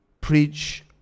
preach